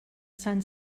sant